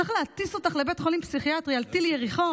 צריך להטיס אותך לבית חולים פסיכיאטרי על טיל יריחו.